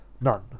none